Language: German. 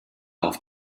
auf